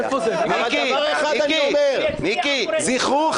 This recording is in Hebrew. אבל דבר אחד אני אומר: זכרו,